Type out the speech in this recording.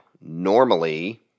normally